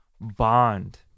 bond